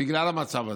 בגלל המצב הזה.